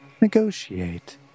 negotiate